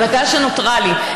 בדקה שנותרה לי,